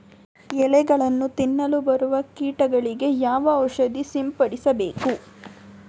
ಎಲೆಗಳನ್ನು ತಿನ್ನಲು ಬರುವ ಕೀಟಗಳಿಗೆ ಯಾವ ಔಷಧ ಸಿಂಪಡಿಸಬೇಕು?